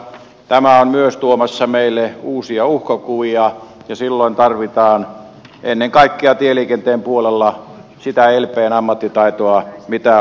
myös tämä on tuomassa meille uusia uhkakuvia ja silloin tarvitaan ennen kaikkea tieliikenteen puolella sitä lpn ammattitaitoa mitä on olemassa